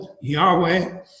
Yahweh